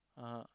(uh huh)